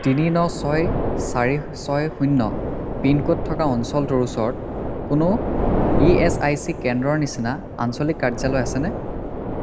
তিনি ন ছয় চাৰি ছয় শূন্য পিন ক'ড থকা অঞ্চলটোৰ ওচৰত কোনো ই এচ আই চি কেন্দ্ৰৰ নিচিনা আঞ্চলিক কাৰ্যালয় আছেনে